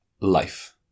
life